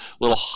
little